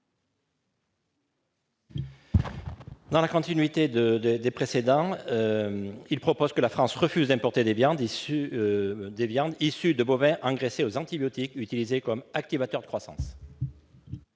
n° 244 rectifié . Nous proposons que la France refuse d'importer des viandes issues de bovins engraissés aux antibiotiques utilisés comme activateurs de croissance.